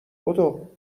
بدو